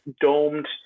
domed